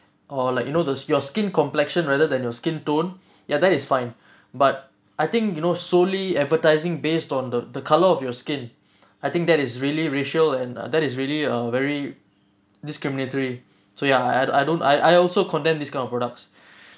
or like you know those your skin complexion rather than your skin tone ya that is fine but I think you know solely advertising based on the the color of your skin I think that is really racial and that is really uh very discriminatory so ya I don't I I also condemned this kind of products